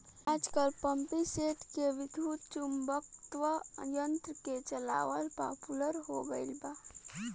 आजकल पम्पींगसेट के विद्युत्चुम्बकत्व यंत्र से चलावल पॉपुलर हो गईल बा